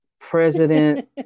president